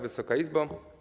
Wysoka Izbo!